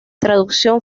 traducción